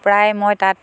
প্ৰায় মই তাঁত